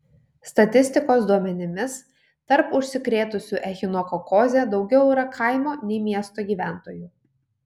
statistikos duomenimis tarp užsikrėtusių echinokokoze daugiau yra kaimo nei miesto gyventojų